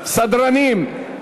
סדרנים,